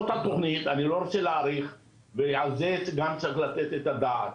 זו התכנית אני לא רוצה להאריך וגם על זה צריך לתת את הדעת.